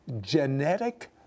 genetic